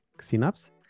Synapse